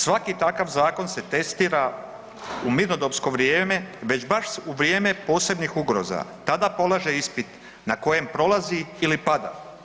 Svaki takav zakon se testira u mirodobsko vrijeme, već baš u vrijeme posebnih ugroza, tada polaže ispit na kojem prolazi ili pada.